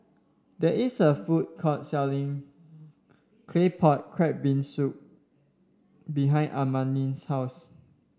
there is a food court selling Claypot Crab Bee Hoon Soup behind Amani's house